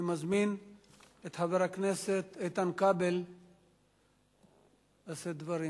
אני מזמין את חבר הכנסת איתן כבל לשאת דברים,